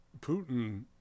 Putin